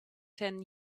ten